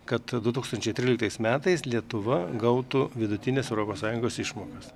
kad du tūkstančiai tryliktais metais lietuva gautų vidutines europos sąjungos išmokas